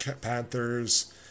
Panthers